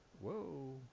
Whoa